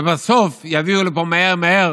ובסוף יביאו לפה מהר מהר